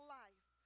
life